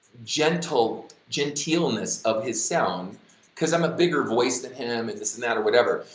gentle gentleness of his sound because i'm a bigger voice than him and this and that or whatever,